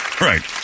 Right